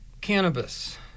cannabis